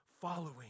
following